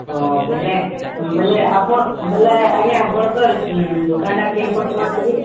ହଁ ବୁଲେ ବୁଲେ ଆପଣ ବୁଲେ ଆଜ୍ଞା ଆପଣଙ୍କର ଦୋକାନ୍ଟା କେନ୍ ପଟକୁ ଅଛି କି